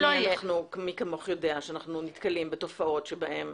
מי כמוך יודע שאנחנו נתקלים בתופעות שבהן